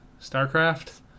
StarCraft